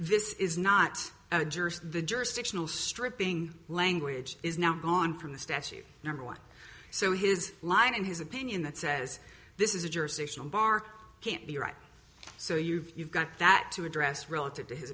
this is not a jury the jurisdictional stripping language is now gone from the statute number one so his line in his opinion that says this is a jurisdictional bar can't be right so you've got that to address relative to his